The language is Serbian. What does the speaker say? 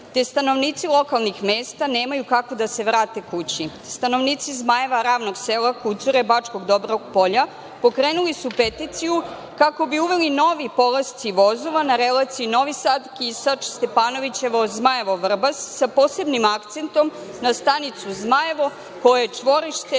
te stanovnici lokalnih mesta nemaju kako da se vrate kući. Stanovnici Zmajeva, Ravnog sela, Kucure, Bačkog Dobrog Polja, pokrenuli su peticiju kako bi uveli nove polaske vozova na relaciji Novi Sad-Kisač-Stepanovićevo-Zmajevo-Vrbas, sa posebnim akcentom na stanicu Zmajevo, koja je čvorište